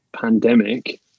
pandemic